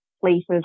places